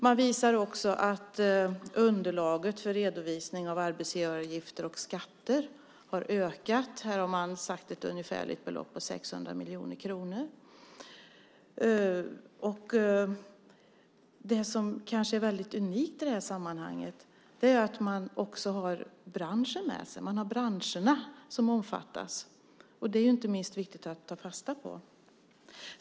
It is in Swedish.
Man visar också att underlaget för redovisning av arbetsgivaravgifter och skatter har ökat. Här har man nämnt ett ungefärligt belopp på 600 miljoner kronor. Det som kanske är unikt i det här sammanhanget är att man också har branscherna som omfattas med sig. Det är inte minst viktigt att ta fasta på.